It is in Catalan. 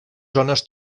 zones